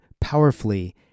powerfully